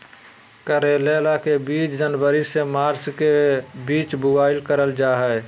करेला के बीज जनवरी से मार्च के बीच बुआई करल जा हय